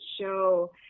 show